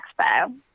Expo